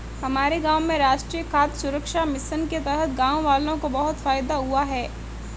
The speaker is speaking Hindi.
हमारे गांव में राष्ट्रीय खाद्य सुरक्षा मिशन के तहत गांववालों को बहुत फायदा हुआ है